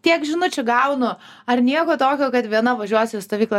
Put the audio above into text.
tiek žinučių gaunu ar nieko tokio kad viena važiuos į stovyklą